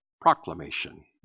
proclamation